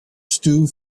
stew